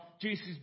Jesus